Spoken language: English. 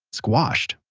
squashed,